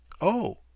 Oh